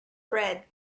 bread